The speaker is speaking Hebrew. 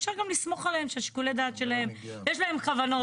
אפשר גם לסמוך עליהם ששיקולי הדעת שלהם ויש להם כוונת.